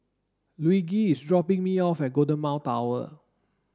Luigi is dropping me off at Golden Mile Tower